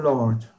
Lord